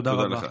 תודה רבה.